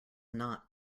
not